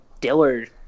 Dillard